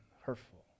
hurtful